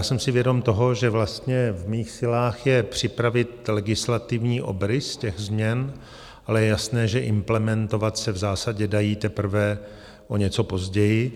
Jsem si vědom toho, že v mých silách je připravit legislativní obrys těch změn, ale je jasné, že implementovat se v zásadě dají teprve o něco později.